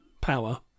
power